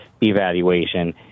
evaluation